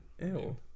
Ew